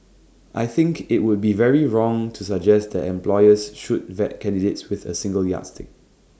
I think IT would be very wrong to suggest that employers should vet candidates with A single yardstick